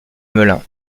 melun